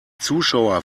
zuschauer